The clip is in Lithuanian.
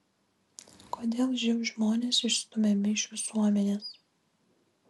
kodėl živ žmonės išstumiami iš visuomenės